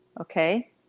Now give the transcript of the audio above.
okay